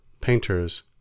painters